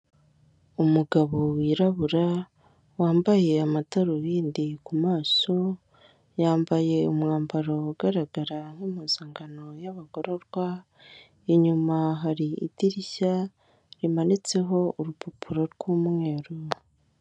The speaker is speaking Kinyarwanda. Umugabo wirabura wambaye amadarubindi ku maso yambaye umwambaro ugaragara nk'impuzangano y'abagororwa inyuma hari idirishya rimanitseho urupapuro rw'umweru.